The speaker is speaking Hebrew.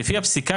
לפי הפסיקה,